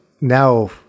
Now